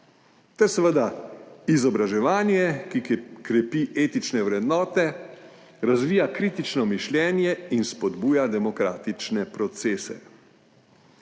ter seveda izobraževanje, ki krepi etične vrednote, razvija kritično mišljenje in spodbuja demokratične procese.